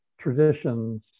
traditions